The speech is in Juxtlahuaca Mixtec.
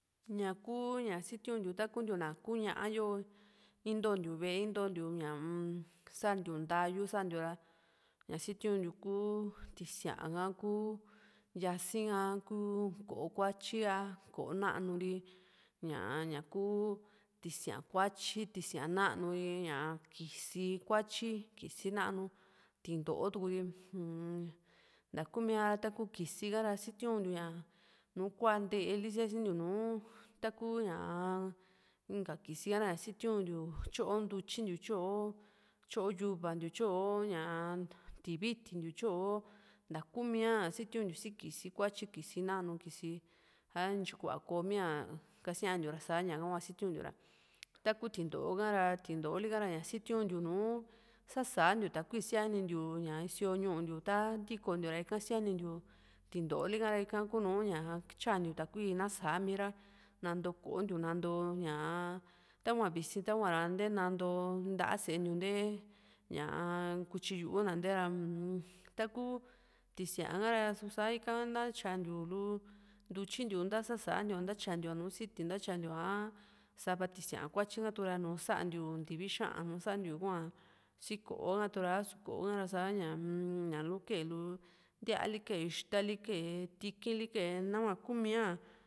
ña kuu ña sitiun ntiu ta kuu na kuu ñá´a yo intontiu ve´e intontiu ñaa-m santiu ntayu santiu ra ña sitiun ntiu kú tisíaa ka ku yasi ka ku ko´o kuatyi ha ko´o nanuri ñá ña ku tisía kuatyi tisía nanu ri ñaa kisi kuatyi kisi nanu tinto´o tuku ri uu-m ntakumía a´ra taku kisi ha rá sitiuntiu´a nùù kua nte´e li síasintiu nùù taku ñaa inka kisi ka ra ña sitiuntiu tyóo ntutyintiu tyóo tyóo yuvantiu tyóo ña´a tvitintiu tyóo ntakúmia sitiuntiu sí kisi kuatyi kisi nanu kisi a ntyi kua kóomia kasintiu ra sá ñaha hua sitiuntiu taku tinto´o ka´ra tinto´o lika ra ña sintiuntiu nú sa´santiu takui sianintiu ña ísioo ñu´u ntiu ta ntíkontiu ra ika síanintiu tinto´o lika ra ika kuunu ñá tyantiu takui ná saá miira nantoo ko´ntiu nanto ñaa tahua visi tahua nté nanto nta´a sée ntiu nté ñaa kutyí yu´u na nté ra taku tísia ka ra susa ika na tyantíu lu ntutyi ntíu ntasa santiu ña ntayantiu lu siti ntátyatiu a sava tísia kuatyi ka tukura nu santiu ntivi xa´an nú santiu hua sii koó ha tukura asu ko´o ha ra sá ñá nùù kee lu ntíaa li kee ixta li kee tiki´n li kee nahua kúmiia